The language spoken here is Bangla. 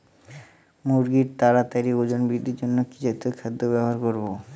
মুরগীর তাড়াতাড়ি ওজন বৃদ্ধির জন্য কি জাতীয় খাদ্য ব্যবহার করব?